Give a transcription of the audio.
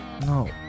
No